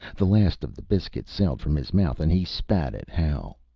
the last of the biscuit sailed from his mouth and he spat at hal.